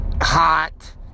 hot